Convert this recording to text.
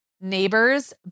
neighbors